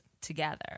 together